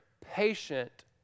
patient